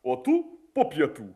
o tu po pietų